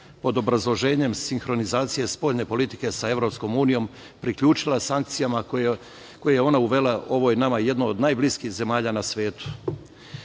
pod obrazloženjem sinhronizacije spoljne politike sa EU, priključila sankcijama koje je ona uvela ovoj nama jednoj od najbliskijih zemalja na svetu. Došli